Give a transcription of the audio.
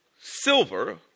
silver